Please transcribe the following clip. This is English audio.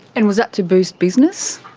and was that to boost business?